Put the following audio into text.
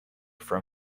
from